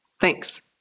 Thanks